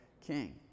king